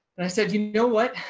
and i said, you know, what,